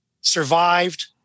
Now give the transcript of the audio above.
survived